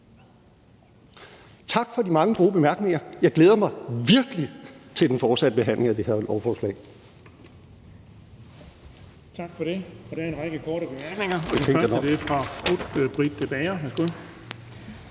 Tak for de mange gode bemærkninger. Jeg glæder mig virkelig til den fortsatte behandling af det her lovforslag.